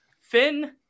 Finn